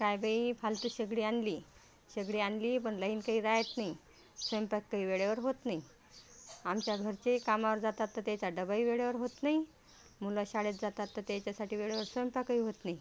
काय बाई फालतू शेगडी आणली शेगडी आणली पण लाइन काही रहात नाही स्वयंपाक काही वेळेवर होत नाही आमच्या घरचे कामावर जातात तर त्याचा डबाही वेळेवर होत नाही मुलं शाळेत जातात तर त्याच्यासाठी वेळेवर स्वयंपाकही होत नाही